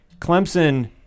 Clemson